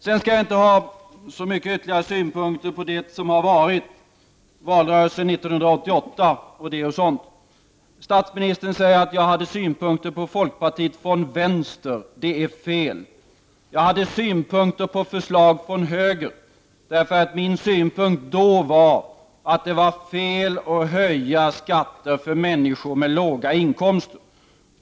Jag skall inte framföra så många ytterligare synpunkter på det som har varit, valrörelsen 1988 och liknande. Statsministern sade att jag hade synpunkter från vänster när det gäller folkpartiet. Det är fel. Mina synpunkter kom från höger. Min dåvarande synpunkt var att det var fel att höja skatter för människor med låga inkomster.